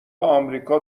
امریکا